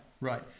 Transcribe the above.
right